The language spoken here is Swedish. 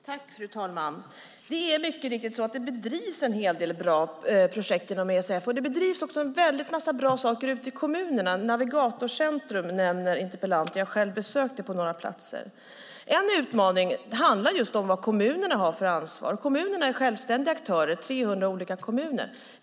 Fru talman! Det är mycket riktigt så att det bedrivs en hel del bra projekt inom ESF. Det bedrivs också en väldig massa bra saker ute i kommunerna. Interpellanten nämner Navigator-Center, och jag har själv besökt det på några platser. En utmaning handlar just om vilket ansvar kommunerna har. Kommunerna är självständiga aktörer - 300 olika kommuner.